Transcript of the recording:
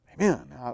Amen